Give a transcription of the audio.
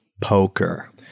poker